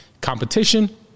competition